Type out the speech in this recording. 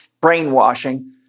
brainwashing